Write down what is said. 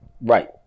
Right